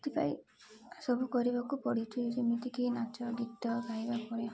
ସେଥିପାଇଁ ସବୁ କରିବାକୁ ପଡ଼ିଛି ଯେମିତିକି ନାଚ ଗୀତ ଗାଇବାକୁ ପଡ଼ିବ